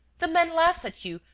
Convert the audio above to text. the man laughs at you,